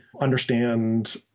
understand